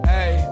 Hey